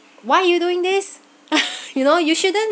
why are you doing this you know you shouldn't